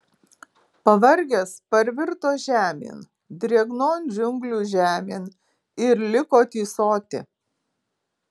pavargęs parvirto žemėn drėgnon džiunglių žemėn ir liko tysoti